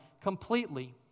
completely